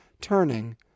turning